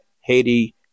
Haiti